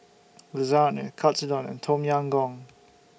Lasagne Katsudon and Tom Yam Goong